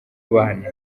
bana